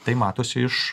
tai matosi iš